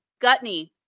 Gutney